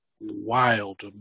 wild